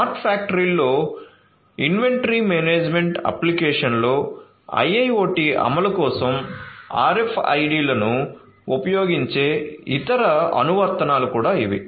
smart ఫ్యాక్టరీలో inventory management అప్లికేషన్లో IIoT అమలు కోసం RFID లను ఉపయోగించే ఇతర అనువర్తనాలు కూడా ఇవి